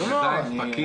אני עדיין פקיד.